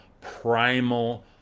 primal